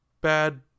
bad